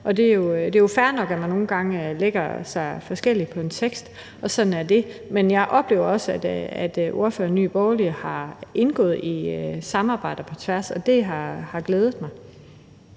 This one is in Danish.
Det er jo fair nok, at man nogle gange lægger sig forskelligt i en tekst – sådan er det – men jeg oplever også, at ordføreren fra Nye Borgerlige har indgået i samarbejder på tværs, og det har glædet mig.